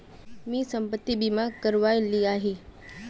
मी संपत्ति बीमा करवाए लियाही